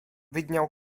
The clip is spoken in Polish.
widniał